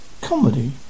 comedy